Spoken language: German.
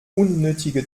unnötige